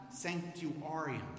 sanctuarium